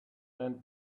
and